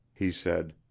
he said.